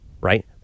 right